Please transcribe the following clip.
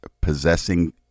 possessing